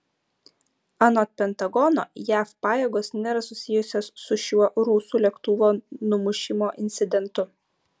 anot pentagono jav pajėgos nėra susijusios su šiuo rusų lėktuvo numušimo incidentu